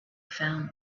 found